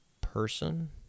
person